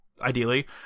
ideally